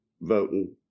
voting